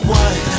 one